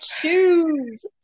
choose